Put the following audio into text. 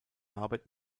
arbeit